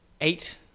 eight